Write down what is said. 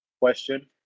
question